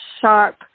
sharp